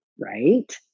Right